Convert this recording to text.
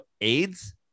AIDS